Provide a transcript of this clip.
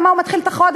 ממה הוא מתחיל את החודש?